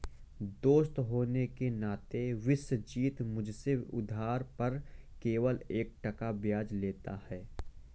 दोस्त होने के नाते विश्वजीत मुझसे उधार पर केवल एक टका ब्याज लेता है